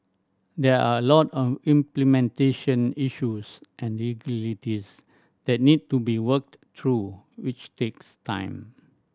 there are a lot of implementation issues and legalities that need to be worked through which takes time